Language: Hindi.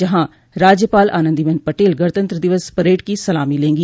जहां राज्यपाल आनन्दीबेन पटेल गणतंत्र दिवस परेड की सलामी लेगी